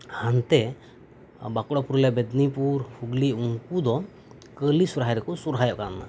ᱦᱟᱱᱛᱮ ᱵᱟᱸᱠᱩᱲᱟ ᱯᱩᱨᱩᱞᱤᱭᱟ ᱢᱮᱫᱽᱱᱤᱯᱩᱨ ᱦᱩᱜᱽᱞᱤ ᱩᱱᱠᱩ ᱫᱚ ᱠᱟᱹᱞᱤ ᱥᱚᱨᱦᱟᱭ ᱨᱮᱠᱚ ᱥᱚᱨᱦᱟᱭᱚᱜ ᱠᱟᱱᱟ